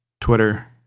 Twitter